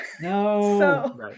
No